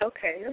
Okay